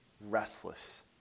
restless